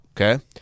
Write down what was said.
Okay